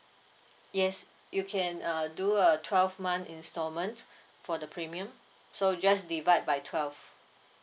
yes you can uh do a twelve month instalment for the premium so just divide by twelve